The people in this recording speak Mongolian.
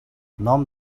ном